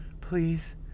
please